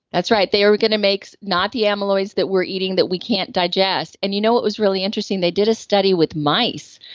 that's right. they are going to make not the amyloids that we're eating that we can't digest. and you know what was really interesting? they did a study with mice,